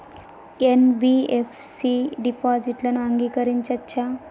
NBFC డిపాజిట్లను అంగీకరించవచ్చా?